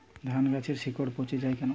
ধানগাছের শিকড় পচে য়ায় কেন?